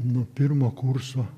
nuo pirmo kurso